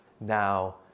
now